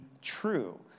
true